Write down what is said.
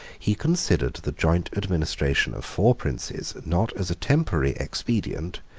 he considered the joint administration of four princes not as a temporary expedient,